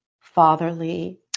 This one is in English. fatherly